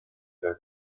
oedd